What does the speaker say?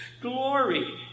glory